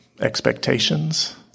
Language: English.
expectations